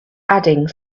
adding